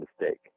mistake